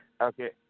Okay